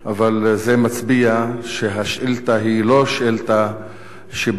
אבל זה מצביע שהשאילתא היא לא שאילתא שבאה